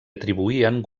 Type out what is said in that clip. atribuïen